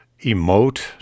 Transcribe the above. emote